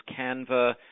Canva